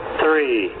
three